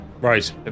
Right